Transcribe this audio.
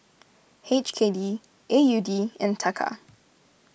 H K D A U D and Taka